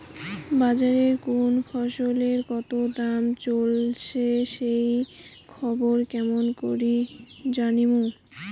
বাজারে কুন ফসলের কতো দাম চলেসে সেই খবর কেমন করি জানীমু?